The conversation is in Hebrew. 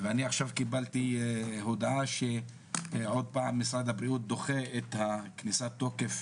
אני עכשיו קיבלתי הודעה שעוד פעם משרד הבריאות דוחה את כניסת התוקף